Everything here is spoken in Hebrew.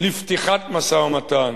לפתיחת משא-ומתן,